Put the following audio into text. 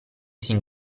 sin